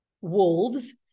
wolves